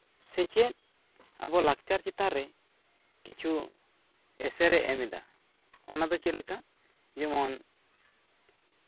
ᱥᱮᱪᱮᱫ ᱟᱵᱚ ᱞᱟᱠᱪᱟᱨ ᱪᱮᱛᱟᱱ ᱨᱮ ᱠᱤᱪᱷᱩ ᱮᱥᱮᱨᱮ ᱮᱢᱮᱫᱟ ᱚᱱᱟ ᱫᱚ ᱪᱮᱫᱞᱮᱠᱟ ᱡᱮᱢᱚᱱ